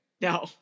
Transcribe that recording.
no